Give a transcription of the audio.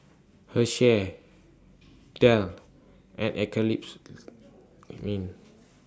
Hersheys Dell and Eclipse Mints